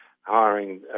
hiring